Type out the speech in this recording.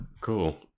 Cool